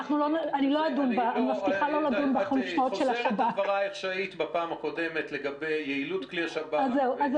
את חוזרת על דברייך מהפעם הקודמת לגבי יעילות הכלי של השב"כ.